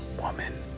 woman